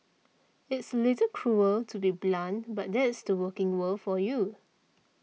it's a little cruel to be blunt but that's the working world for you